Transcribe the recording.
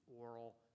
oral